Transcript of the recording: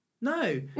No